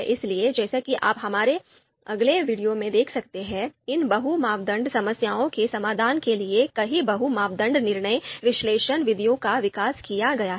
इसलिए जैसा कि आप हमारे अगले बिंदु में देख सकते हैं इन बहु मापदंड समस्याओं के समाधान के लिए कई बहु मापदंड निर्णय विश्लेषण विधियों का विकास किया गया है